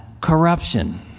corruption